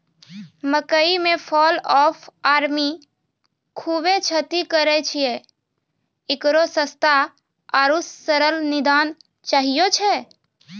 मकई मे fall of army खूबे क्षति करेय छैय, इकरो सस्ता आरु सरल निदान चाहियो छैय?